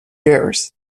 years